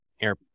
air